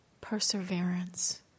perseverance